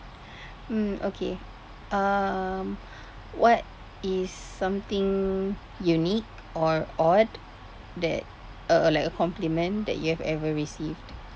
mm okay um what is something unique or odd that uh like a compliment that you have ever received